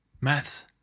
Maths